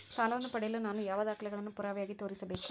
ಸಾಲವನ್ನು ಪಡೆಯಲು ನಾನು ಯಾವ ದಾಖಲೆಗಳನ್ನು ಪುರಾವೆಯಾಗಿ ತೋರಿಸಬೇಕು?